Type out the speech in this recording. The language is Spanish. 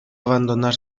abandonar